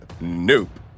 Nope